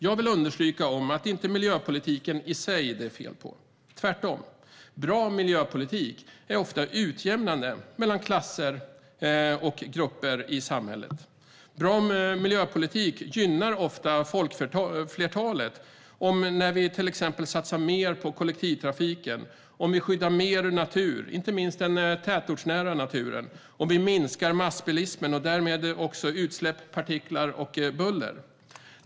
Jag vill understryka att det inte är miljöpolitiken i sig det är fel på. Tvärtom, bra miljöpolitik är ofta utjämnande mellan klasser och grupper i samhället. Bra miljöpolitik gynnar ofta folkflertalet, om vi till exempel satsar mer på kollektivtrafiken, skyddar mer natur, inte minst den tätortsnära, och minskar massbilismen och därmed utsläpp, partiklar och buller.